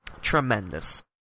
Tremendous